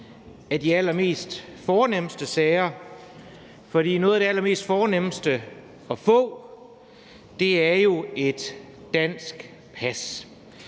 af de allerfornemste sager. For noget af det allerfornemste at få er jo et dansk pas.